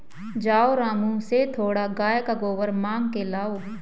जाओ रामू से थोड़ा गाय का गोबर मांग के लाओ